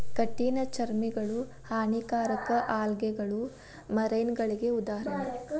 ಕಠಿಣ ಚರ್ಮಿಗಳು, ಹಾನಿಕಾರಕ ಆಲ್ಗೆಗಳು ಮರೈನಗಳಿಗೆ ಉದಾಹರಣೆ